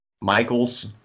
Michaels –